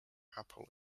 apple